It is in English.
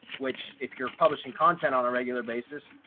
which if you're publishing content on a regular basis,